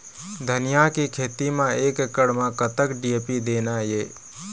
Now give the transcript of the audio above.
धनिया के खेती म एक एकड़ म कतक डी.ए.पी देना ये?